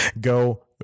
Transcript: Go